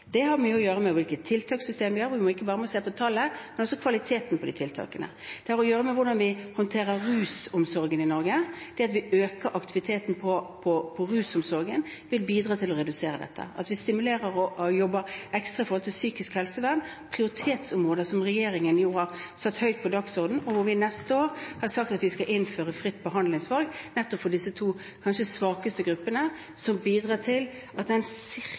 Det har mye å gjøre med hvilket tiltakssystem vi har, og vi må ikke bare se på tallet, men også på kvaliteten på de tiltakene. Det har å gjøre med hvordan vi håndterer rusomsorgen i Norge. Det at vi øker aktiviteten på rusomsorgen, vil bidra til å redusere dette. At vi stimulerer og jobber ekstra med hensyn til psykisk helsevern, et prioritetsområde som regjeringen har satt høyt på dagsordenen, og hvor vi har sagt at vi neste år skal innføre fritt behandlingsvalg nettopp for disse to kanskje svakeste gruppene, bidrar til at